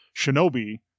Shinobi